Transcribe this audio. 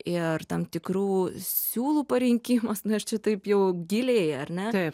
ir tam tikrų siūlų parinkimas nu aš čia taip jau giliai ar ne